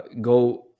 go